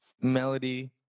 melody